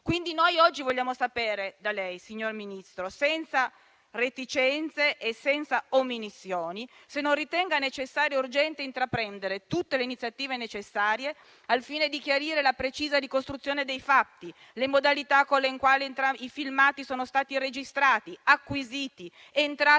video. Oggi vogliamo sapere da lei, signor Ministro, senza reticenze e senza omissioni, se non ritenga necessario e urgente intraprendere tutte le iniziative necessarie al fine di chiarire la precisa ricostruzione dei fatti, le modalità con le quali i filmati sono stati registrati, acquisiti, entrati